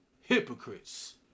Hypocrites